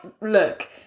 look